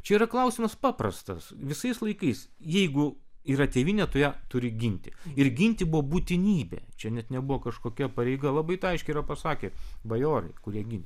čia yra klausimas paprastas visais laikais jeigu yra tėvynė tu ją turi ginti ir ginti buvo būtinybė čia net nebuvo kažkokia pareiga labai tą aiškiai yra pasakę bajorai kurie gynė